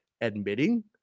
admitting